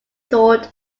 thought